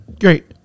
Great